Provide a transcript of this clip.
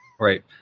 Right